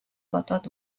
бодоод